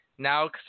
Now